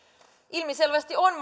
ilmiselvästi se on